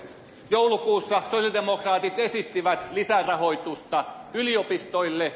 joulukuussa sosialidemokraatit esittivät lisärahoitusta yliopistoille